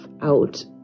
out